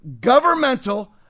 governmental